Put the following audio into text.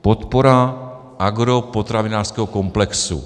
Podpora agropotravinářského komplexu.